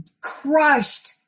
crushed